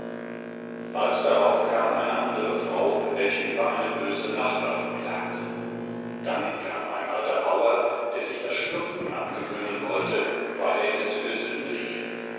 bald darauf kam eine andere frau welche über eine böse nachbarin klagte dann kam ein alter bauer der sich das schnupfen abgewöhnen wollte weil er es für sünde hielt